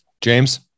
James